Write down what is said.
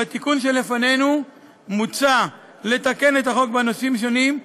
בתיקון שלפנינו מוצע לתקן את החוק בנושאים שונים,